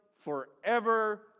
Forever